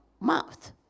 mouth